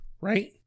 right